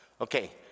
Okay